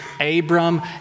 Abram